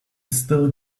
still